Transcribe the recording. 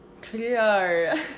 clear